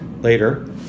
later